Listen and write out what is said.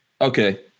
Okay